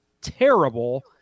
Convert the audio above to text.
terrible